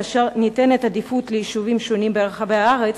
כאשר ניתנת עדיפות ליישובים שונים ברחבי הארץ,